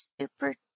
Super